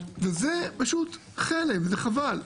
וזה פשוט חלם, זה חבל.